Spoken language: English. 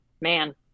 Man